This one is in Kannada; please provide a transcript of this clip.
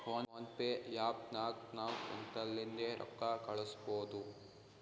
ಫೋನ್ ಪೇ ಆ್ಯಪ್ ನಾಗ್ ನಾವ್ ಕುಂತಲ್ಲಿಂದೆ ರೊಕ್ಕಾ ಕಳುಸ್ಬೋದು